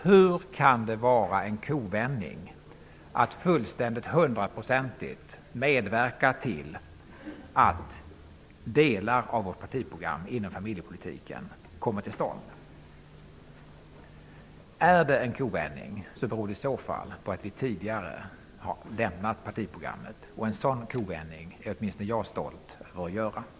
Hur kan det vara en kovändning att fullständigt, hundraprocentigt, medverka till att delar av vårt partiprogram inom familjepolitiken kommer till stånd? Om det är en kovändning beror det i så fall på att vi tidigare har lämnat partiprogrammet, och en sådan kovändning är åtminstone jag stolt över att göra. ru talman!